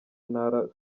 ntara